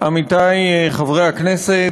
אם כן, עמיתי חברי הכנסת,